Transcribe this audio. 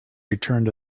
returned